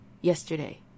yesterday